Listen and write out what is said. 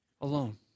alone